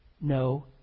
No